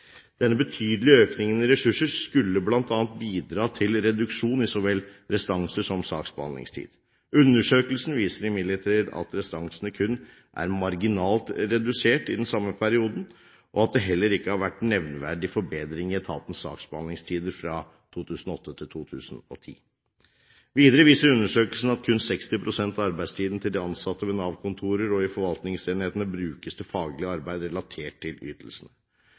Denne betydelige økningen i ressurser skulle bl.a. bidra til reduksjon i så vel restanser som saksbehandlingstid. Undersøkelsen viser imidlertid at restansene kun er marginalt redusert i den samme perioden, og at det heller ikke har vært en nevneverdig forbedring i etatens saksbehandlingstider fra 2008 til 2010. Videre viser undersøkelsen at kun 60 pst. av arbeidstiden til de ansatte ved Nav-kontor og i forvaltningsenhetene brukes til faglig arbeid relatert til ytelsene.